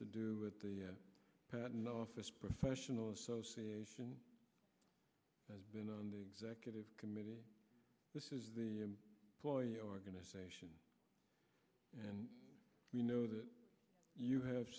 to do with the patent office professional association has been on the executive committee this is the lawyer organization and we know that you have